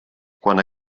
quan